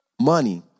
money